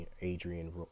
Adrian